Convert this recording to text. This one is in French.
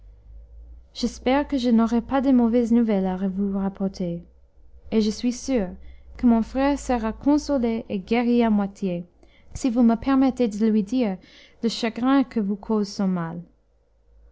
j'espère que je n'aurai pas de mauvaises nouvelles à vous rapporter et je suis sûre que mon frère sera consolé et guéri à moitié si vous me permettez de lui dire le chagrin que vous cause son mal